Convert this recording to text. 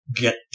get